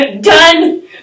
Done